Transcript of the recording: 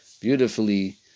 beautifully